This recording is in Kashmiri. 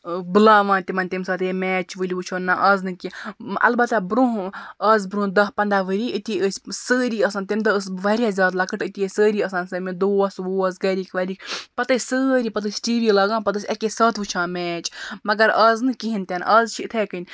بُلاوان تِمَن تیٚمہِ ساتہٕ ہے میچ ؤلِو وٕچھُو نہ آز نہٕ کیٚنٛہہ اَلبَتہ برٛونٛہہ آز برٛۄنٛہہ دَہ پَنٛداہ ؤری أتی ٲسۍ سٲری آسان تمہِ دۄہ ٲس وارِیاہ زیادٕ لَکٕٹ أتی ٲسۍ سٲری آسان سٔمِتھ دوس ووس گَرِکۍ وَرِکۍ پَتہٕ ٲسۍ سٲری پَتہٕ ٲسۍ ٹی وی لاگان پَتہٕ ٲسۍ اَکے ساتہٕ وٕچھان میچ مگر آز نہٕ کِہیٖنۍ تہِ نہٕ اَز چھِ اِتھَے کٔنۍ